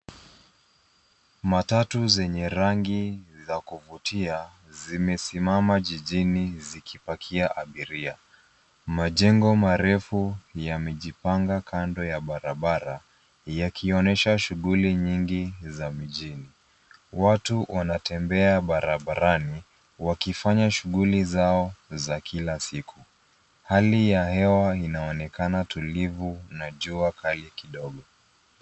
Matatu zenye rangi za kuvutia zimesimama jijini zikipakia abiria. Majengo marefu yamejipanga kando ya barabara yakionyesha shughuli nyingi za mjini. Watu wanatembea barabarani, wakifanya shughuli zao za kila siku. Hali ya hewa inaonekana tulivu na jua kali kidogo.